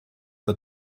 the